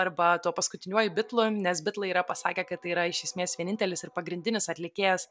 arba tuo paskutiniuoju bitlu nes bitlai yra pasakę kad tai yra iš esmės vienintelis ir pagrindinis atlikėjas